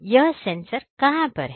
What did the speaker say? यह सेंसर कहां पर है